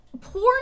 porn